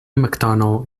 mcdonald